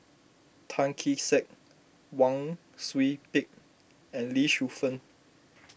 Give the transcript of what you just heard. Tan Kee Sek Wang Sui Pick and Lee Shu Fen